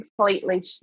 completely